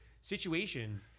situation